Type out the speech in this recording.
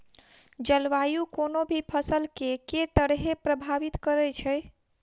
जलवायु कोनो भी फसल केँ के तरहे प्रभावित करै छै?